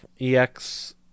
ex